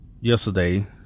yesterday